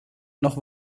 noch